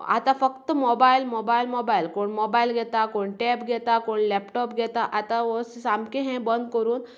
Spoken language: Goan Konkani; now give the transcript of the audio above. आता फक्त मोबायल मोबायल मोबायल कोण मोबायल घेता कोण टेब घेता कोण लॅपटाॅप घेता आता हो सामकें हें बंद करून